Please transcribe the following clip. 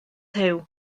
huw